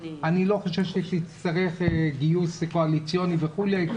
אני לא חושב שתצטרך גיוס קואליציוני וכולי כי